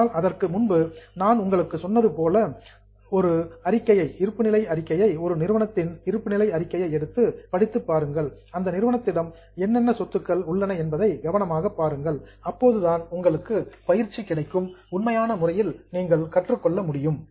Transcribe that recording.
ஆனால் அதற்கு முன்பு நான் உங்களுக்கு சொன்னது போல தயவுசெய்து ஒரு நிறுவனத்தின் இருப்பு நிலை அறிக்கையை எடுத்து படித்துப் பாருங்கள் அந்த நிறுவனத்திடம் என்ன சொத்துக்கள் உள்ளன என்பதை கவனமாக பாருங்கள் அப்போதுதான் உங்களுக்கு பயிற்சி கிடைக்கும் உண்மையான முறையில் நீங்கள் கற்றுக்கொள்ள முடியும்